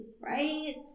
right